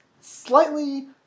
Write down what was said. slightly